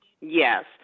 Yes